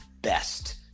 best